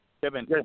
Kevin